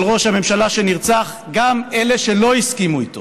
ראש הממשלה שנרצח גם אלה שלא הסכימו איתו